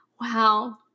wow